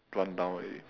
rundown already